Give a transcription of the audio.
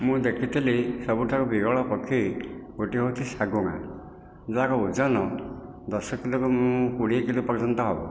ମୁଁ ଦେଖିଥିଲି ସବୁଠାରୁ ବିରଳ ପକ୍ଷୀ ଗୋଟିଏ ହେଉଛି ଶାଗୁଣା ଯାହାର ଓଜନ ଦଶ କିଲୋରୁ କୋଡ଼ିଏ କିଲୋ ପର୍ଯ୍ୟନ୍ତ ହେବ